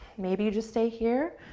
maybe you just stay here,